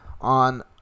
On